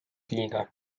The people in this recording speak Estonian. liiga